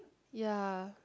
ya